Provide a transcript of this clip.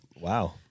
Wow